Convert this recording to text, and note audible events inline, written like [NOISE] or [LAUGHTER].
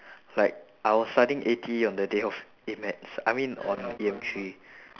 [BREATH] like I was studying A T E on the day of A maths I mean on E M three